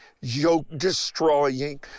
yoke-destroying